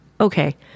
okay